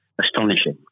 astonishing